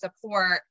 support